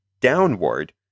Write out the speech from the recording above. downward